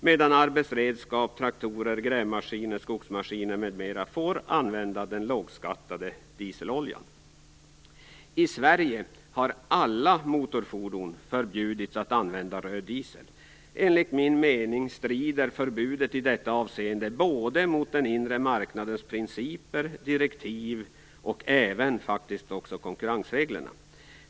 För arbetsredskap, traktorer, grävmaskiner, skogsmaskiner m.m. får däremot lågskattad dieselolja användas. I Sverige har användning av röd diesel i alla motorfordon förbjudits. Enligt min mening strider förbudet i detta avseende mot den inre marknadens principer och direktiv och faktiskt även mot konkurrensreglerna.